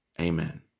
amen